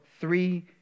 three